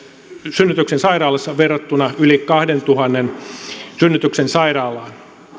synnytyksen sairaalassa verrattuna yli kahdentuhannen synnytyksen sairaalaan